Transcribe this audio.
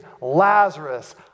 Lazarus